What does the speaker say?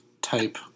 type